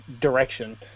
direction